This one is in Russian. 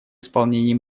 исполнении